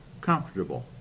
comfortable